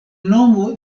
nomo